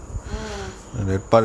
mm